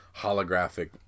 holographic